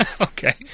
Okay